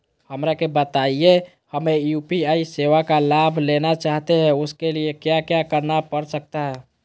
हमरा के बताइए हमें यू.पी.आई सेवा का लाभ लेना चाहते हैं उसके लिए क्या क्या करना पड़ सकता है?